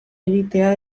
egitea